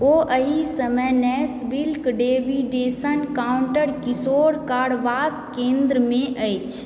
ओ एहि समय Nashville Davidson counter किशोर कारावास केन्द्रमे अछि